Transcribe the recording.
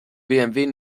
bmw